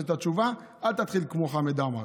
את התשובה אל תתחיל כמו חמד עמאר,